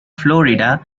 florida